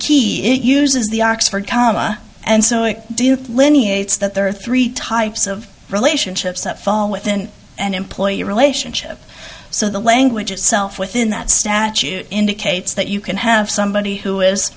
key it uses the oxford comma and so it did linnie it's that there are three types of relationships that fall within an employee relationship so the language itself within that statute indicates that you can have somebody who is